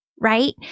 right